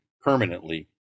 permanently